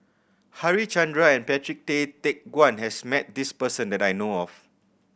Harichandra and Patrick Tay Teck Guan has met this person that I know of